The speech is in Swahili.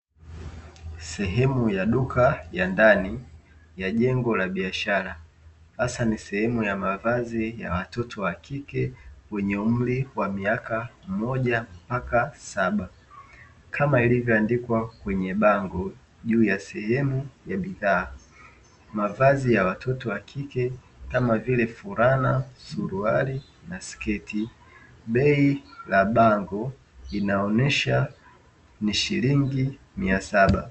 Sehemu ya duka ya ndani ya jengo la biashara, hasa sehemu ya mavazi ya watoto wa kike wenye umri wa mwaka mmoja mpaka saba. Kama ilivyoandikwa kwenye bango juu ya sehemu ya bidhaa, mavazi ya watoto wa kike kama vile; fulana, suruali na sketi, bei ya bango inaonyesha ni shilingi mia saba.